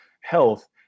health